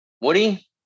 Woody